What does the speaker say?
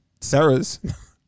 Sarah's